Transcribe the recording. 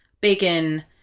bacon